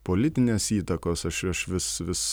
politinės įtakos aš aš vis vis